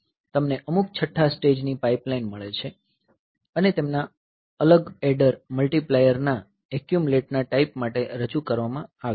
તમને અમુક છઠ્ઠા સ્ટેજની પાઇપલાઇન મળે છે અને તેમના અલગ એડર મલ્ટીપ્લાયના એક્યુમલેટના ટાઈપ માટે રજૂ કરવામાં આવ્યા છે